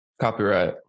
Copyright